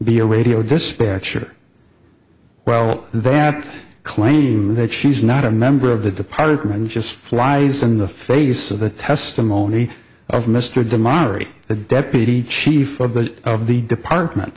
be a radio dispatcher while that claim that she's not a member of the department just flies in the face of the testimony of mr de monnerie the deputy chief of the of the department